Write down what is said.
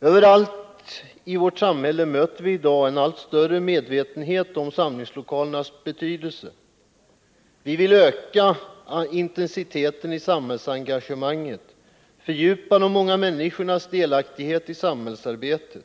Överallt i vårt samhälle möter vi i dag en allt större medvetenhet om samlingslokalernas betydelse. Vi vill öka intensiteten i samhällsengagemanget, fördjupa de många människornas delaktighet i samhällsarbetet.